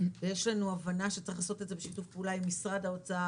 יש לנו הבנה שצריך לעשות את זה בשיתוף פעולה עם משרד האוצר,